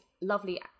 lovely